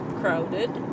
crowded